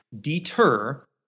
deter